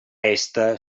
est